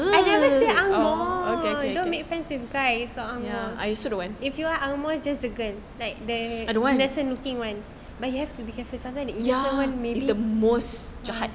I never say ang moh don't make friends with guys if it's ang moh if you want ang moh just the girls like the innocent looking [one] but you have to be careful sometimes the innocent [one] maybe